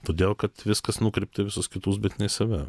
todėl kad viskas nukreipta į visus kitus bet ne į save